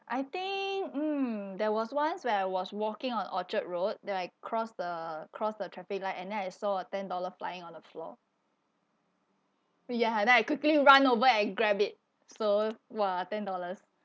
I think mm there was once where I was walking on orchard road then I cross the cross the traffic light and then I saw a ten dollar flying on the floor ya and then I quickly run over and grab it so !wah! ten dollars